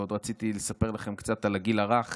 ועוד רציתי לספר לכם קצת על הגיל הרך